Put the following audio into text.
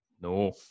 No